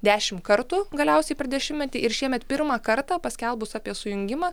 dešim kartų galiausiai per dešimtmetį ir šiemet pirmą kartą paskelbus apie sujungimą